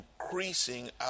increasing